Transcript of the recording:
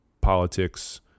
politics